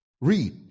Read